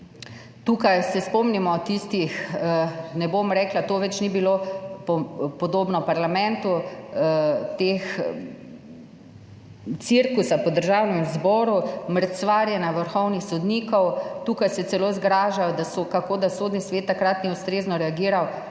Tukaj se spomnimo tistega – ne bom rekla, to več ni bilo podobno parlamentu – cirkusa po Državnem zboru, mrcvarjenja vrhovnih sodnikov. Tukaj se celo zgražajo, kako da Sodni svet takrat ni ustrezno reagiral.